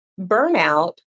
burnout